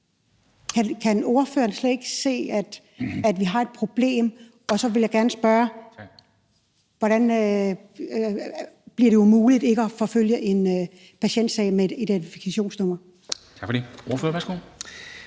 Kan ordføreren slet ikke se, at vi har et problem? Og så vil jeg gerne spørge, hvordan det bliver umuligt at forfølge en patientsag med et identifikationsnummer. Kl. 10:56 Formanden (Henrik